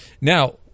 Now